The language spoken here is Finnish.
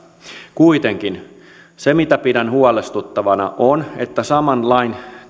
kuitenkin se mitä pidän huolestuttavana on se että saman lain